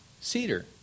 cedar